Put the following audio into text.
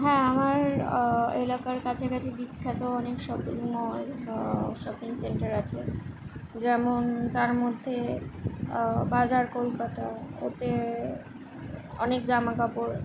হ্যাঁ আমার এলাকার কাছাকাছি বিখ্যাত অনেক শপিং মল শপিং সেন্টার আছে যেমন তার মধ্যে বাজার কলকাতা ওতে অনেক জামাকাপড়